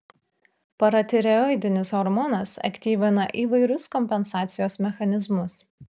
paratireoidinis hormonas aktyvina įvairius kompensacijos mechanizmus